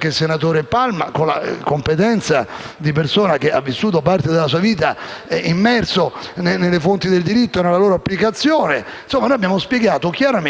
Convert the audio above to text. dal senatore Palma, con la competenza di persona che ha vissuto parte della sua vita immerso nelle fonti del diritto e nella loro applicazione. Insomma, abbiamo spiegato chiaramente